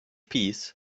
piece